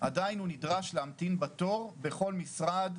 עדיין הוא נדרש להמתין בתור בכל משרד,